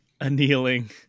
annealing